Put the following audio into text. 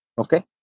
Okay